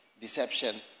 deception